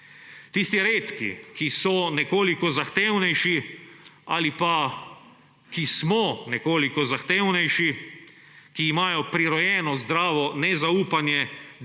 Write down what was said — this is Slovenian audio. Tisti redki, ki so nekoliko zahtevnejši ali pa ki smo nekoliko zahtevnejši, ki imajo prirojeno zdravo nezaupanje,